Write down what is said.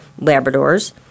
Labradors